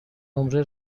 نمره